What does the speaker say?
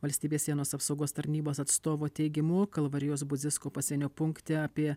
valstybės sienos apsaugos tarnybos atstovo teigimu kalvarijos budzisko pasienio punkte apie